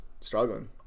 struggling